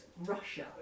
Russia